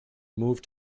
moved